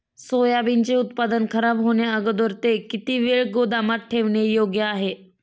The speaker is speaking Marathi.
सोयाबीनचे उत्पादन खराब होण्याअगोदर ते किती वेळ गोदामात ठेवणे योग्य आहे?